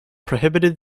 prohibited